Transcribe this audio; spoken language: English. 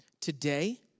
today